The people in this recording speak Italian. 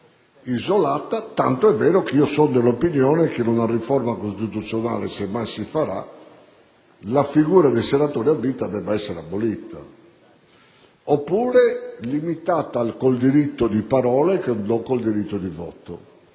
isolata, tant'è vero che sono dell'opinione che in una riforma costituzionale, se mai si farà, la figura dei senatori a vita debba essere abolita oppure limitata al diritto di parola e non al diritto di voto.